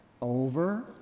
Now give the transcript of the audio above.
over